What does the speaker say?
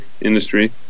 industry